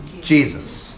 Jesus